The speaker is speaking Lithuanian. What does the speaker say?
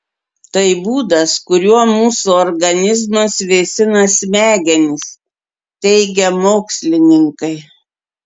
tai būdas kuriuo mūsų organizmas vėsina smegenis teigia mokslininkai